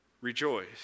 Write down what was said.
Rejoice